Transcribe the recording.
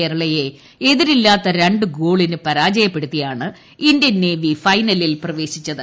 കേരളയെ എതിരില്ലാത്ത രണ്ട് ഗോളിന്ട് പ്പരാജയപ്പെടുത്തിയാണ് ഇന്ത്യൻ നേവി ഫൈനലിൽ പ്രവേശിച്ചത്